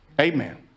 Amen